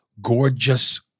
gorgeous